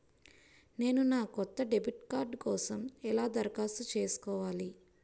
నేను నా కొత్త డెబిట్ కార్డ్ కోసం ఎలా దరఖాస్తు చేసుకోవాలి?